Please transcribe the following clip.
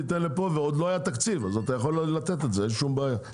תיתן לפה ועוד לא היה תקציב אז אתה יכול לתת את זה אין שום בעיה,